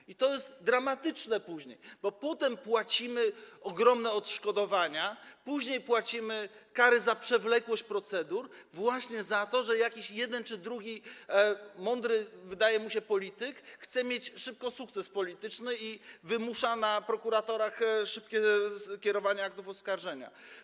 Później to jest dramatyczne, bo potem płacimy ogromne odszkodowania, płacimy kary za przewlekłość procedur, właśnie za to, że jakiś jeden czy drugi mądry - wydaje mu się - polityk chce szybko odnieść sukces polityczny i wymusza na prokuratorach szybkie kierowanie aktów oskarżenia.